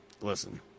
listen